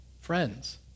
friends